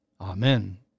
AMEN